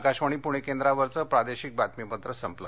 आकाशवाणी पुणे केंद्रावरचं प्रादेशिक बातमीपत्र संपलं